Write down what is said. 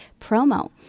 promo